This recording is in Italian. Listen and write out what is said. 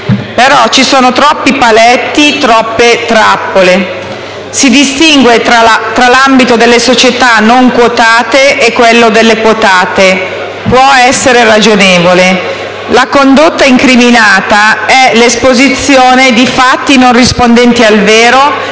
Però ci sono troppi paletti e troppe trappole. Si distingue tra l'ambito delle società non quotate e quello delle quotate e questo può essere ragionevole. La condotta incriminata è l'esposizione di fatti non rispondenti al vero